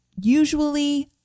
usually